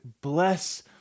bless